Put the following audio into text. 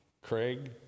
Craig